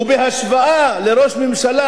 ובהשוואה לראש הממשלה,